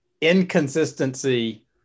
inconsistency